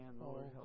Lord